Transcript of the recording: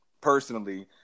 personally